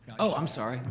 oh, i'm sorry,